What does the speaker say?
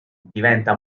diventa